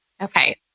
Okay